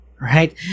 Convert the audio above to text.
right